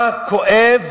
מה כואב